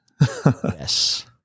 yes